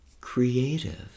creative